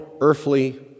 earthly